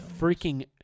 freaking